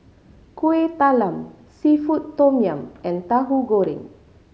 Kuih Talam seafood tom yum and Tauhu Goreng